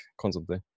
constantly